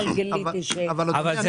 אדוני,